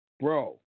Bro